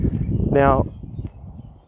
now